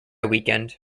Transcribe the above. weekend